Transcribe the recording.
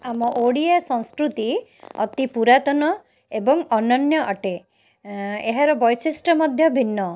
ଆମ ଓଡ଼ିଆ ସଂସ୍କୃତି ଅତି ପୁରାତନ ଏବଂ ଅନ୍ୟନ ଅଟେ ଏହାର ବୈଶିଷ୍ଟ ମଧ୍ୟ ଭିନ୍ନ